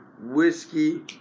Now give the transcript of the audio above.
Whiskey